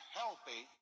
healthy